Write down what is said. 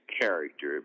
character